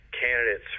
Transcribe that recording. candidates